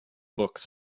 books